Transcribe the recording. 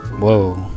Whoa